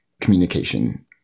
communication